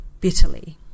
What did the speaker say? bitterly